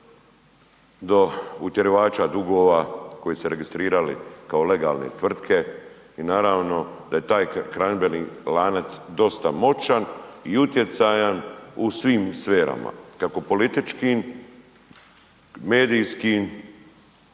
do utjerivača dugova koji su se registrirali kao legalne tvrtke i naravno da je taj hranidbeni lanac dosta moćan i utjecajan u svim sferama kako političkim, medijskim,